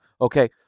okay